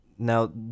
Now